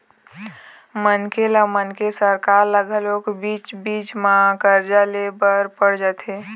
मनखे त मनखे सरकार ल घलोक बीच बीच म करजा ले बर पड़ जाथे